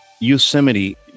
Yosemite